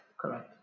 correct